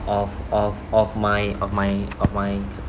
of of of my of my of my